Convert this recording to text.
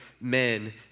men